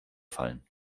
fallen